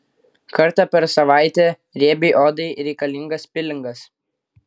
kartą per savaitę riebiai odai reikalingas pilingas